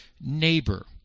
neighbor